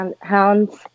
Hounds